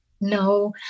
No